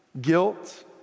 Guilt